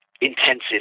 intensive